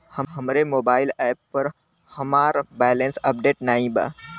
हमरे mobile app पर हमार बैलैंस अपडेट नाई बा